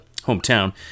hometown